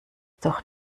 doch